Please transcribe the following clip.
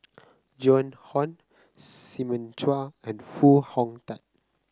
Joan Hon Simon Chua and Foo Hong Tatt